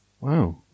Wow